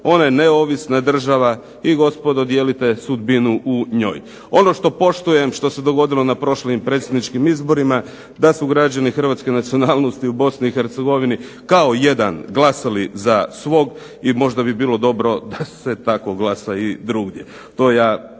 ona je neovisna država i gospodo dijelite sudbinu u njoj. Ono što poštujem, što se dogodilo na prošlim predsjedničkim izborima, da su građani hrvatske nacionalnosti u Bosni i Hercegovini kao jedan glasali za svog i možda bi bilo dobro da se tako glasa i drugdje. To ja